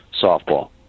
softball